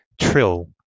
trill